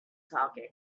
talking